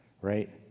right